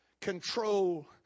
control